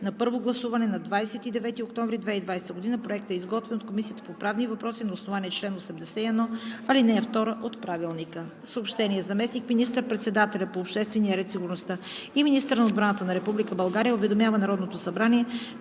на първо гласуване на 29 октомври 2020 г. Проектът е изготвен от Комисията по правни въпроси на основание чл. 81, ал. 2 от Правилника. Заместник министър-председателят по обществения ред и сигурността и министър на отбраната на Република България уведомява Народното събрание,